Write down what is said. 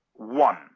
One